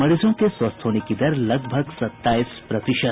मरीजों के स्वस्थ होने की दर लगभग सताईस प्रतिशत